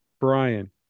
Brian